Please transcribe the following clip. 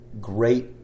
great